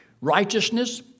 Righteousness